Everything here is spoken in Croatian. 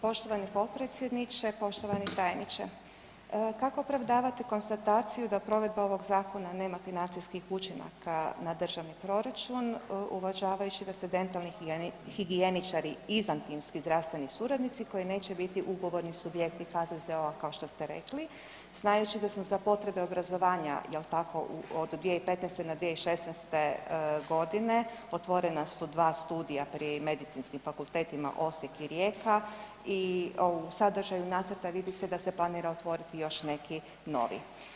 Poštovani potpredsjedniče, poštovani tajniče, kako opravdavate konstataciju da provedba ovog zakona nema financijskih učinaka na državni proračun uvažavajući da su dentalni higijeničari izvantimski zdravstveni suradnici koji neće biti ugovorni subjekti HZZO-a kao što ste rekli, znajući da smo za potrebe obrazovanja jel tako od 2015.-te na 2016.-te godine otvorena su dva studija pri medicinskim fakultetima Osijek i Rijeka i, a u sadržaju nacrta vidi se da se planira otvoriti i još neki novi.